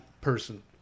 person